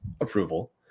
approval